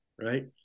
right